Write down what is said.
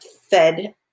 fed